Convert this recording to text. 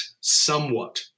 somewhat